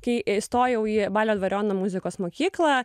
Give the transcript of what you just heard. kai įstojau į balio dvariono muzikos mokyklą